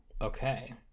Okay